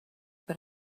but